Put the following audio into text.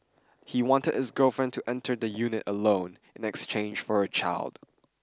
he wanted his girlfriend to enter the unit alone in exchange for her child